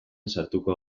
sartuko